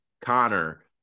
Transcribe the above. connor